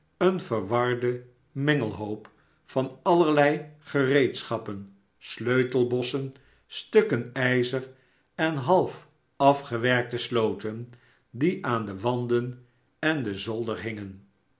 een verwarden mengelhoop van allerlei gereedschappen sleutelbossen stukken ijzer en half afgewerkte sloten die aan de wanden en den zolder hingen